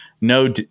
no